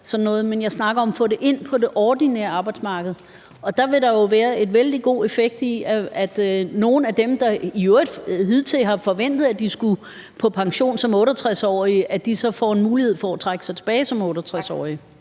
men jeg snakker om at få dem ind på det ordinære arbejdsmarked. Der vil da være en vældig god effekt i, at nogle af dem, der i øvrigt hidtil har forventet, at de skulle på pension som 68-årige, så får en mulighed for at trække sig tilbage som 68-årige.